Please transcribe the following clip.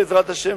בעזרת השם,